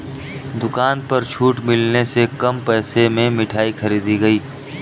दुकान पर छूट मिलने से कम पैसे में मिठाई खरीदी गई